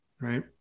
Right